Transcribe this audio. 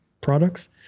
products